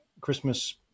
Christmas